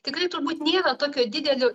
tikrai turbūt nėra tokio didelio